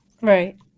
Right